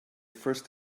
first